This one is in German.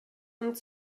und